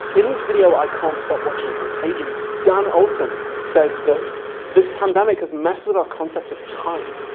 in his video i can't stop watching contagion dan olsen says that this pandemic has messed with our concept of time.